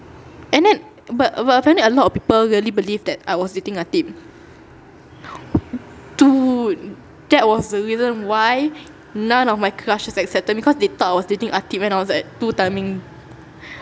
and then but but apparently a lot of people really believe that I was dating ateeb dude that was the reason why none of my crushes accepted me because they thought I was dating ateeb and I was like two-timing